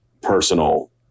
personal